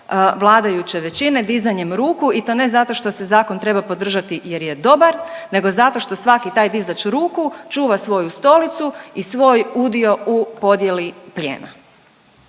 vladajuće većine dizanjem ruku i to ne zato što se zakon treba podržati jer je dobar, nego zato što svaki taj dizač ruku čuva svoj stolicu i svoj udio u podijeli plijena.